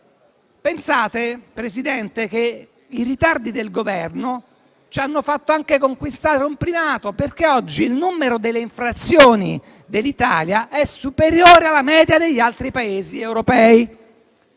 Pensate che i ritardi del Governo ci hanno fatto anche conquistare un primato, perché oggi il numero delle infrazioni dell'Italia è superiore alla media degli altri Paesi europei,